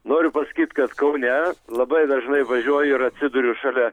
noriu pasakyt kad kaune labai dažnai važiuoju ir atsiduriu šalia